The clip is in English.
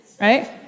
right